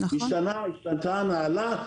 השתנתה ההנהלה?